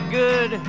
good